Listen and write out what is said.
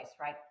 right